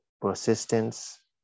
persistence